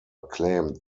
claimed